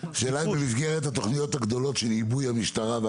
השאלה במסגרת התכניות הגדולות של עיבוי המשטרה,